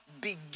begin